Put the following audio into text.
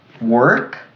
work